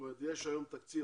יש היום תקציב.